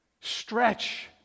Stretch